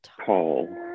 Paul